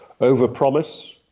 overpromise